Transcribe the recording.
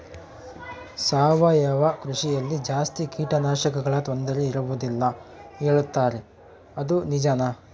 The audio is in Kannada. ಸಾವಯವ ಕೃಷಿಯಲ್ಲಿ ಜಾಸ್ತಿ ಕೇಟನಾಶಕಗಳ ತೊಂದರೆ ಇರುವದಿಲ್ಲ ಹೇಳುತ್ತಾರೆ ಅದು ನಿಜಾನಾ?